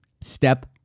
Step